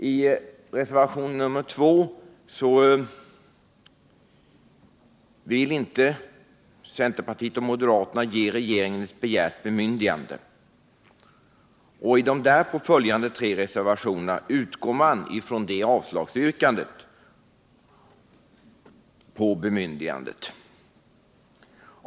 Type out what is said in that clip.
I reservationen 2 vill inte centerpartiet och moderaterna ge regeringen begärt bemyndigande. Och i de därpå följande reservationerna utgår man från det avslagsyrkandet.